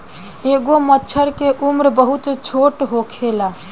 एगो मछर के उम्र बहुत छोट होखेला